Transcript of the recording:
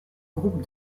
groupe